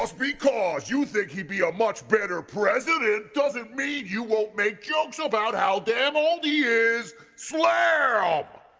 ah because you think he'd be a much better president ah doesn't mean you won't make jokes about how damn old he is. slam!